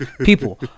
People